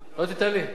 תפאדל.